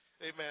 amen